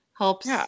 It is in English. Helps